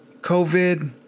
COVID